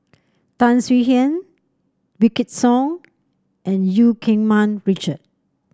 Tan Swie Hian Wykidd Song and Eu Keng Mun Richard